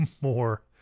more